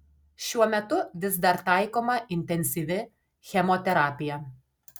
šiuo metu vis dar taikoma intensyvi chemoterapija